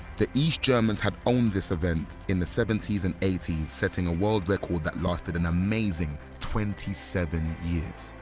the east germans had owned this event in the seventy s and eighty s, setting a world record that lasted an amazing twenty seven years.